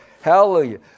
Hallelujah